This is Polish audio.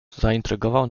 zaintrygował